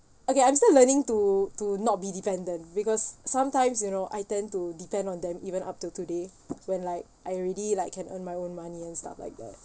okay I'm still learning to to not be dependent because sometimes you know I tend to depend on them even up till today when like I already like can earn my own money and stuff like that